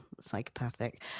psychopathic